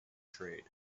trade